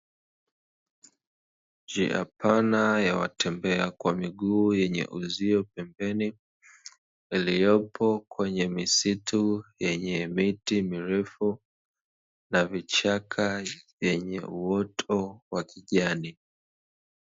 Njia pana ya watembea kwa miguu yenye uzio pembeni, iliyopo kwenye misitu yenye miti mirefu na vichaka vyenye uoto wa kijani.